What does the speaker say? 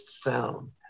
sound